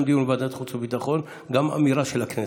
דיון בוועדת החוץ והביטחון וגם אמירה של הכנסת.